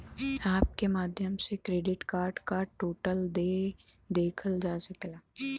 app के माध्यम से क्रेडिट कार्ड क टोटल देय देखल जा सकला